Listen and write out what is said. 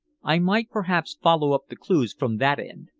i might perhaps follow up the clues from that end.